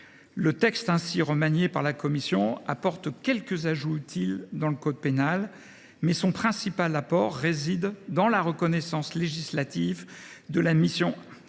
Le texte ainsi remanié par la commission introduit quelques dispositions utiles dans le code pénal, mais son principal apport réside dans la reconnaissance législative de la mission